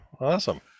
Awesome